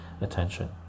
attention